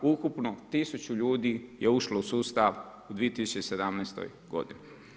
Ukupno 1000 ljudi je ušlo u sustav u 2017. godini.